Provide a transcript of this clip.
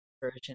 version